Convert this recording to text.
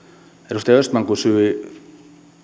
edustaja östman kysyi